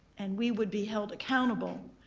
and we would be held accountable